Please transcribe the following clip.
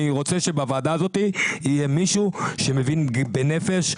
רוצה שבוועדה הזאת יהיה מישהו שמבין בנפש,